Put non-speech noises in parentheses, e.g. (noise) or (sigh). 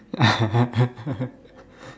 (laughs)